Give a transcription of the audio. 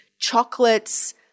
Chocolates